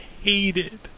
hated